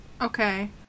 Okay